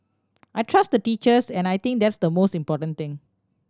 I trust the teachers and I think that's the most important thing